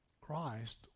Christ